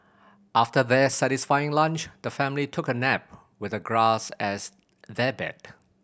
after their satisfying lunch the family took a nap with the grass as their bed